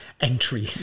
entry